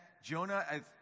Jonah